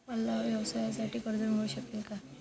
मला व्यवसायासाठी कर्ज मिळू शकेल का?